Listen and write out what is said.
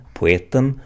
poeten